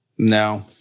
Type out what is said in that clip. No